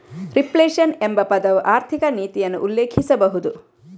reflation ಎಂಬ ಪದವು ಆರ್ಥಿಕ ನೀತಿಯನ್ನು ಉಲ್ಲೇಖಿಸಬಹುದು